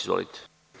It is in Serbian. Izvolite.